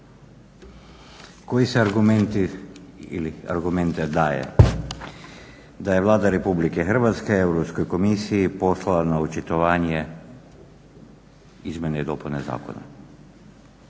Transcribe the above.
ili argumente daje. Da je Vlada Republike Hrvatske Europskoj komisiji poslala na očitovanje izmjene i dopune zakona.